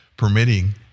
permitting